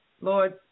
Lord